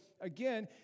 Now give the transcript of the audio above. again